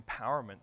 empowerment